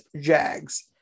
Jags